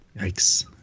Yikes